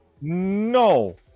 No